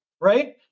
right